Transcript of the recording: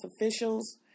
officials